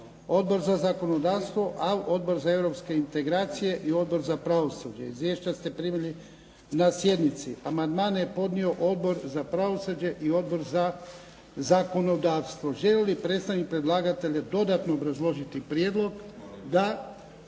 Odbor za zakonodavstvo, Odbor za europske integracije i Odbor za pravosuđe. Izvješća ste primili na sjednici. Amandmane je podnio Odbor za pravosuđe i Odbor za zakonodavstvo. Želi li predstavnik predlagatelja dodatno obrazložiti prijedlog? Da.